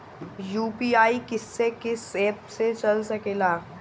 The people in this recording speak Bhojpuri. यू.पी.आई किस्से कीस एप से चल सकेला?